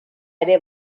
ere